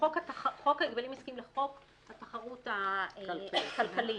חוק ההגבלים העסקיים לחוק התחרות הכלכלית,